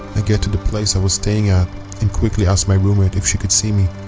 i get to the place i was staying at and quickly ask my roommate if she can see me.